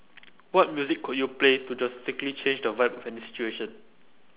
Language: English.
what music could you play to just quickly change the vibe of any situation